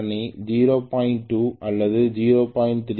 2 அல்லது 0